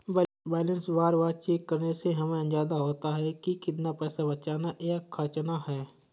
balance बार बार check करने से हमे अंदाज़ा होता है की कितना पैसा बचाना या खर्चना है